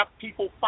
people